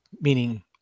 meaning